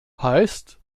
heißt